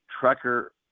Trucker